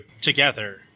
together